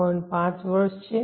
5 વર્ષ છે